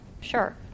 Sure